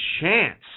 chance